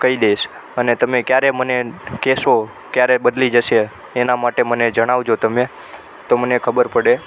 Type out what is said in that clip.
કહી દઈશ અને તમે ક્યારે મને કહેશો ક્યારે બદલી જશે એના માટે મને જણાવજો તમે તો મને ખબર પડે